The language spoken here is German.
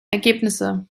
ergebnisse